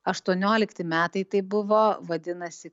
aštuoniolikti metai tai buvo vadinasi